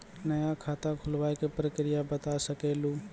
नया खाता खुलवाए के प्रक्रिया बता सके लू?